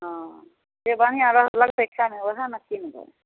हँ जे बढ़िआँ रह लगतै खाइमे वएह ने किनबै